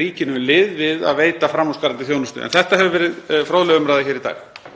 ríkinu lið við að veita framúrskarandi þjónustu. En þetta hefur verið fróðleg umræða hér í dag.